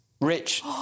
rich